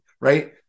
right